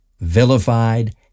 vilified